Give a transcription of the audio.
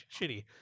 shitty